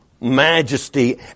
majesty